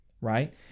right